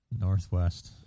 Northwest